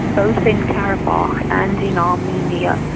both in karabakh and in armenia.